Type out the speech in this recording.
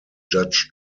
judge